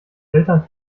eltern